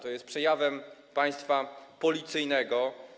To jest przejawem państwa policyjnego.